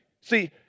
See